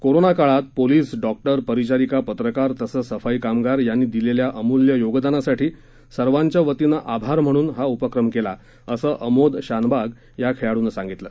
corona काळात police doctor परिचारिका पत्रकार तसंच सफाई कामगार यांनी दिलेल्या अमूल्य योगदानासाठी सर्वांच्या वतीनं आभार म्हणून हा उपक्रम केला असं अमोद शानबाग या खेळाडूनं सांगितलं